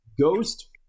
Ghost